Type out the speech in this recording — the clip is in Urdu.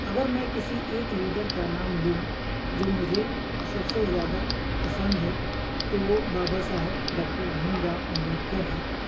اگر میں کسی ایک لیڈر کا نام لوں جو مجھے سب سے زیادہ پسند ہے تو وہ بابا صاحب ڈاکٹر بھیم راؤ امبیڈکر ہیں